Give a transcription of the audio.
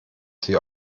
sie